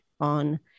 on